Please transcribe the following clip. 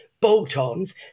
bolt-ons